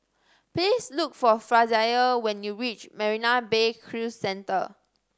please look for Frazier when you reach Marina Bay Cruise Centre